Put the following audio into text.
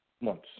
Months